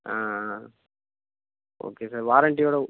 ஆ ஆ okay sir வாரண்ட்டியோடு